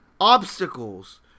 Obstacles